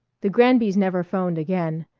the granbys never phoned again,